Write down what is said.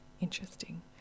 interesting